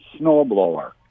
snowblower